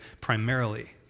primarily